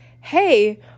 hey